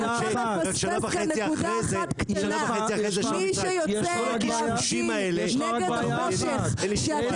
שנה וחצי אחר כך היה שלום עם מצרים.